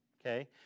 okay